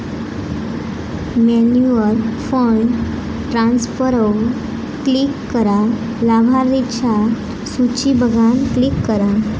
मेन्यूवर फंड ट्रांसफरवर क्लिक करा, लाभार्थिंच्या सुची बघान क्लिक करा